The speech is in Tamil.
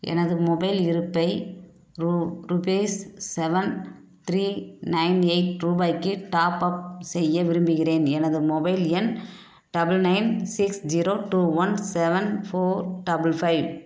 எனது மொபைல் இருப்பை ரூ rupees seven three nine eight ரூபாய்க்கு டாப்அப் செய்ய விரும்புகிறேன் எனது மொபைல் எண் double nine six zero two one seven four double five